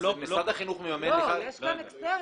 אז משרד החינוך מממן --- יש גם אקסטרני.